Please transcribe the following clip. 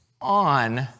on